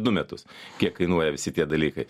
du metus kiek kainuoja visi tie dalykai